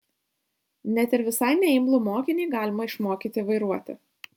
net ir visai neimlų mokinį galima išmokyti vairuoti